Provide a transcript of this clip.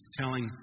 telling